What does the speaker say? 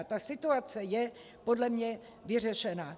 Ta situace je podle mě vyřešena.